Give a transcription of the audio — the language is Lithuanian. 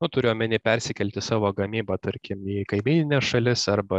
nu turiu omeny persikelti savo gamybą tarkim į kaimynines šalis arba